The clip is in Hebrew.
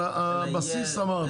אבל הבסיס אמרנו.